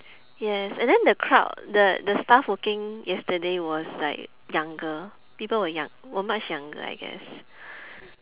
yes and then the crowd the the staff working yesterday was like younger people were young were much younger I guess